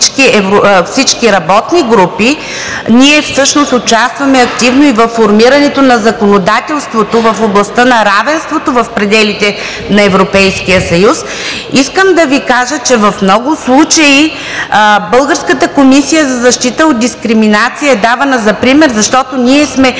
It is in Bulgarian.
работни групи, ние всъщност участваме активно и във формирането на законодателството в областта на равенството в пределите на Европейския съюз. Искам да Ви кажа, че в много случаи българската Комисия за защита от дискриминация е давана за пример, защото ние сме